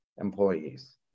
employees